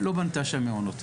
לא בנתה שם מעונות.